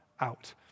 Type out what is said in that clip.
out